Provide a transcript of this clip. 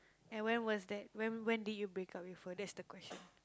and when was that when did you break up with her that's the question